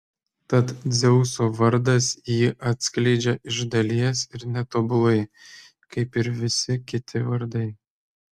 tad dzeuso vardas jį atskleidžia iš dalies ir netobulai kaip ir visi kiti vardai